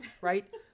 right